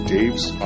Dave's